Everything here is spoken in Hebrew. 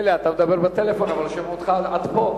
מילא אתה מדבר בטלפון, אבל שומעים אותך עד פה.